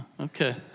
Okay